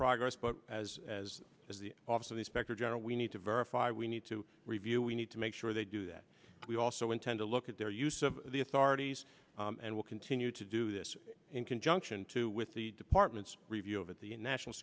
progress but as as as the office of inspector general we need to verify we need to review we need to make sure they do that we also intend to look at their use of the authorities and we'll continue to do this in conjunction too with the department's review of at the national